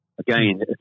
Again